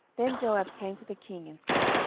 then joab came to the king, and said,